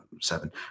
Seven